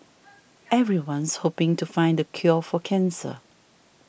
everyone's hoping to find the cure for cancer